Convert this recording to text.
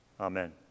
Amen